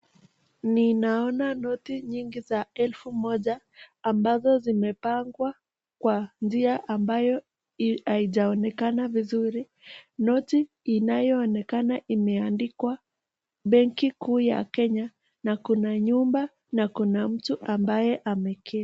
Ninaona noti nyingi za elfu moja ambazo zimepangwa kwa njia ambayo haijaonekana vizuri noti inayoonekana imeandikwa benki kuu ya kenya na kuna nyumba na kuna mtu ambaye ameketi.